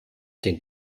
den